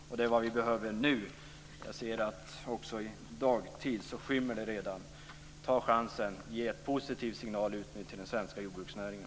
Och det är vad vi nu behöver. Jag ser att det redan skymmer ute nu. Ta chansen och ge en positiv signal till den svenska jordbruksnäringen.